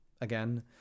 again